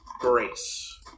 grace